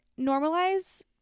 normalize